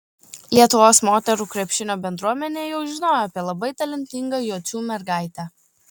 lietuvos moterų krepšinio bendruomenė jau žinojo apie labai talentingą jocių mergaitę